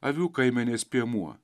avių kaimenės piemuo